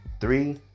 Three